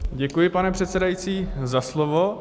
Děkuji, pane předsedající, za slovo.